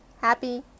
happy